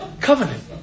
covenant